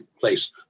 place